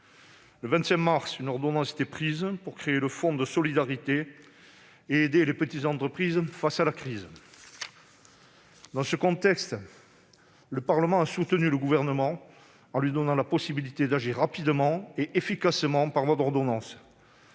Le 25 mars, une ordonnance était prise pour créer le fonds de solidarité et aider les petites entreprises face à la crise. Dans ce contexte, le Parlement a soutenu le Gouvernement en lui donnant la possibilité d'agir rapidement et efficacement par voie d'ordonnances.